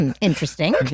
Interesting